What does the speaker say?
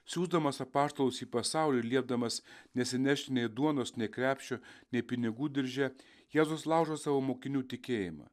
siųsdamas apaštalus į pasaulį ir liepdamas nesinešti nei duonos nei krepšio nei pinigų dirže jėzus laužo savo mokinių tikėjimą